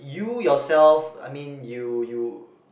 you yourself I mean you you